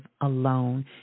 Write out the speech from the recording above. alone